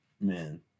man